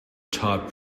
top